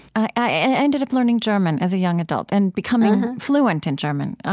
i ended up learning german as a young adult and becoming fluent in german